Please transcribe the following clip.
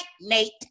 Nate